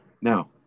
Now